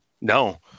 No